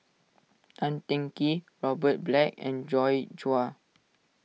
Tan Teng Kee Robert Black and Joi Chua